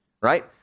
right